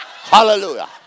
Hallelujah